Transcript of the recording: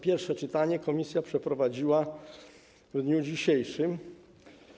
Pierwsze czytanie projektu komisja przeprowadziła w dniu dzisiejszym.